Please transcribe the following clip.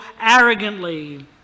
arrogantly